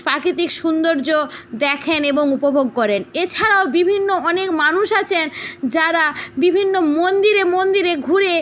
প্রাকৃতিক সুন্দর্য দেখেন এবং উপভোগ করেন এছাড়াও বিভিন্ন অনেক মানুষ আছেন যারা বিভিন্ন মন্দিরে মন্দিরে ঘুরে